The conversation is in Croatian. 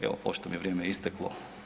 Evo, pošto mi je vrijeme isteklo.